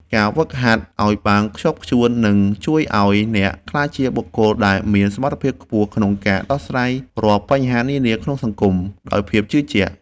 ការហ្វឹកហាត់ឱ្យបានខ្ជាប់ខ្ជួននឹងជួយឱ្យអ្នកក្លាយជាបុគ្គលដែលមានសមត្ថភាពខ្ពស់ក្នុងការដោះស្រាយរាល់បញ្ហានានាក្នុងសង្គមដោយភាពជឿជាក់។